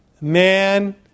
man